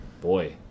Boy